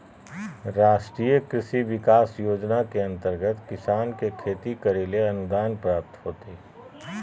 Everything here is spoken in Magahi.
राष्ट्रीय कृषि विकास योजना के अंतर्गत किसान के खेती करैले अनुदान प्राप्त होतय